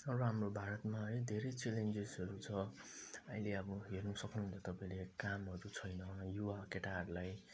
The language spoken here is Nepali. र हाम्रो भारतमा है धेरै च्यालेन्जेसहरू छ अहिले अब हेर्नु सक्नु हुन्छ तपाईँले कामहरू छैन युवा केटाहरूलाई